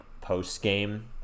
post-game